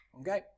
Okay